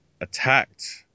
attacked